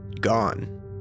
gone